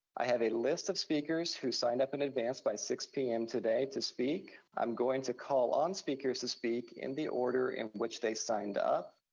i have a list of speakers who signed up in advance by six p m. today to speak. i'm going to call on speakers to speak in the order in which they signed up.